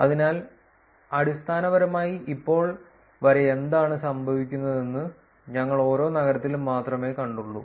അതിനാൽ അടിസ്ഥാനപരമായി ഇപ്പോൾ വരെ എന്താണ് സംഭവിക്കുന്നതെന്ന് ഞങ്ങൾ ഓരോ നഗരത്തിലും മാത്രമേ കണ്ടുള്ളൂ